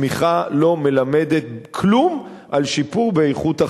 צמיחה לא מלמדת כלום על שיפור באיכות החיים.